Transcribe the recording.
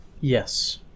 Yes